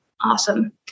Awesome